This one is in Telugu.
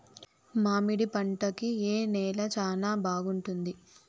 మామిడి పంట కి ఏ నేల చానా బాగుంటుంది